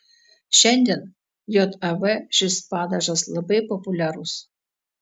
šiandien jav šis padažas labai populiarius